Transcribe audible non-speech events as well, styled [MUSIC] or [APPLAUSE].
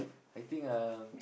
I think um [NOISE]